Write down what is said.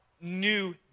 new